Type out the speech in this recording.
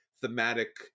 thematic